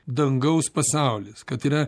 dangaus pasaulis kad yra